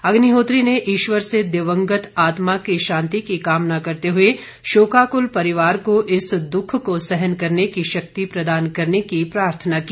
अग्निहोत्री ने ईश्वर से दिवंगत आत्मा की शांति की कामना करते हुए शोकाकुल परिवार को इस दुख को सहन करने की शक्ति प्रदान करने की प्रार्थना की